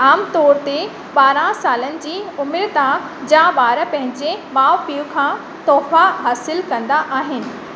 आम तौरु ते बाराहं सालनि जी उमिरि तां जा बा॒र पंहिंजे माउ पिउ खां तोहफ़ा हासिलु कंदा आहिनि